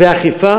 אכיפה